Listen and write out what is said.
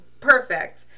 perfect